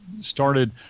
started